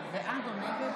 זה